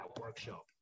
workshop